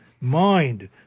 mind